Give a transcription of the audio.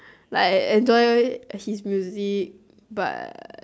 but enjoy his music but